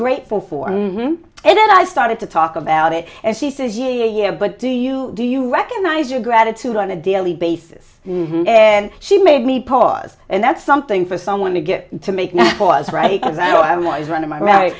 grateful for in room and then i started to talk about it and she says yeah yeah but do you do you recognize your gratitude on a daily basis and she made me pause and that's something for someone to get to make now was right because i know i was running my right